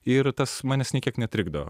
ir tas manęs nė kiek netrikdo